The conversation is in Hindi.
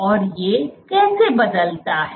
और यह कैसे बदलता है